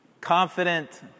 confident